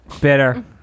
bitter